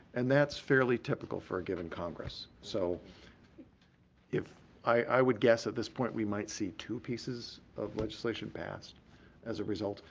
and that's fairly typical for a given congress, so if i would guess at this point we might see two pieces of legislation passed as a result,